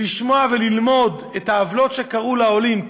ולשמוע וללמוד את העוולות שקרו לעולים,